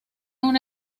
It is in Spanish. una